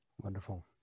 Wonderful